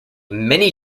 many